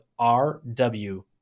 RW